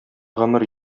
гомер